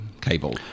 cable